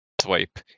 swipe